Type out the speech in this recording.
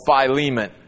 Philemon